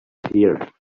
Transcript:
here